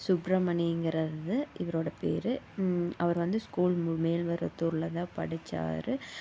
சுப்புரமணிங்குறது இவரோட பேர் அவர் வந்து ஸ்கூல் மேல்மருவத்தூர்லதான் படிச்சார்